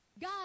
God